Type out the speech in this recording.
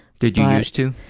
did you used to?